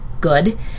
good